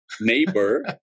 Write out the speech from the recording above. neighbor